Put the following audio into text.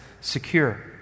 secure